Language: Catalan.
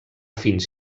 fins